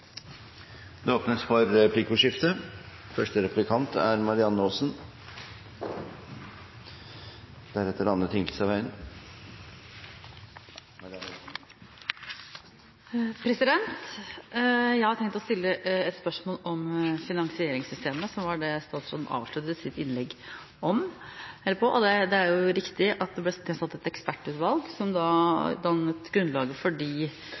Det åpnes for replikkordskifte. Jeg har tenkt å stille et spørsmål om finansieringssystemet, som var det statsråden avsluttet sitt innlegg med. Det er riktig at det ble nedsatt et ekspertutvalg som dannet grunnlaget for de